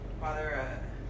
Father